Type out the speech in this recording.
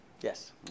Yes